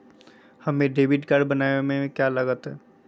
हमें debit card बनाने में का लागत?